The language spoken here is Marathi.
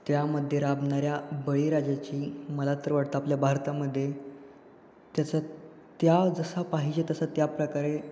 त्यामध्ये राबणाऱ्या बळीराजाची मला तर वाटतं आपल्या भारतामध्ये त्याचा त्या जसा पाहिजे तसं त्या प्रकारे